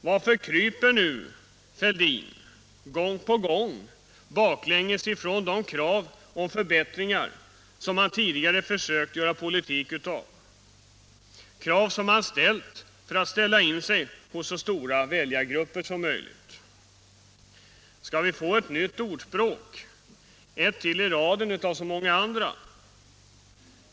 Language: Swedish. Varför kryper nu herr Fälldin gång på gång baklänges från de krav på förbättringar som man tidigare försökt göra politik av, krav som man ställt för att ställa sig in hos så stora väljargrupper som möjligt? Skall vi få ett nytt ordspråk, ett till i raden av så många andra?